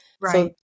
Right